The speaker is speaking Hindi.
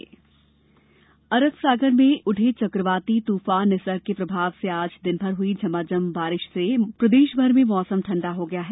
मौसम अरब सागर में उठे चकवाती तूफान निसर्ग के प्रभाव से आज दिनभर हई झमाझम बारिश से प्रदेशभर में मौसम ठंडा हो गया है